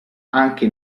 anche